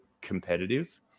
competitive